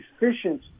efficient